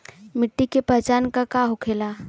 मिट्टी के पहचान का होखे ला?